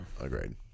Agreed